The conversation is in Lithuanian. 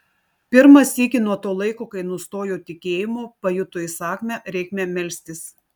pirmą sykį nuo to laiko kai nustojo tikėjimo pajuto įsakmią reikmę melstis